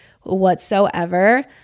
whatsoever